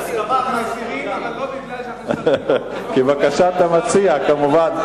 מסירים, אבל לא בגלל, כבקשת המציע, כמובן.